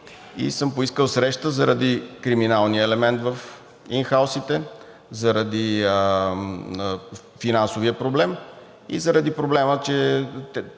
и съм поискал среща заради криминалния елемент в ин хаусите заради финансовия проблем и заради проблема, че